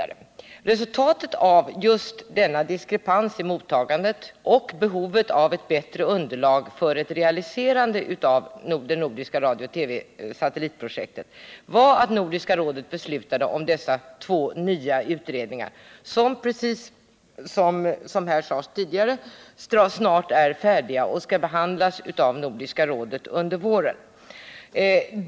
Resultatet av just denna diskrepans i mottagandet och behovet av ett bättre underlag för ett realiserande av det nordiska radiooch TV-satellitprojektet blev att Nordiska rådet beslöt om dessa två nya utredningar, vilka, precis som här tidigare har sagts, snart är färdiga och skall behandlas av Nordiska rådet under våren.